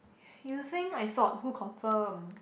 you think I thought who confirm